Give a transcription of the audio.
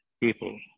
people